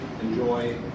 enjoy